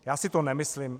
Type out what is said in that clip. Já si to nemyslím.